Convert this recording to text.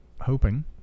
hoping